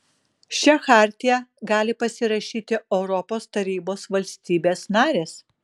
šią chartiją gali pasirašyti europos tarybos valstybės narės